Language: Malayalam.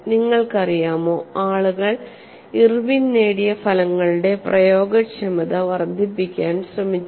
നിങ്ങൾക്കറിയാമോ ആളുകൾ ഇർവിൻ നേടിയ ഫലങ്ങളുടെ പ്രയോഗക്ഷമത വർദ്ധിപ്പിക്കാൻ ശ്രമിച്ചു